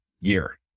year